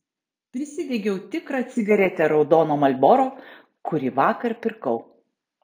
prisidegiau tikrą cigaretę raudono marlboro kurį vakar pirkau